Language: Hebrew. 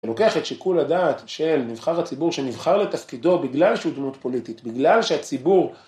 זה לוקח את שיקול הדעת של נבחר הציבור שנבחר לתפקידו בגלל שהיא דמות פוליטית, בגלל שהציבור...